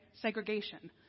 Segregation